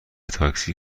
تاکسی